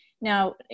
Now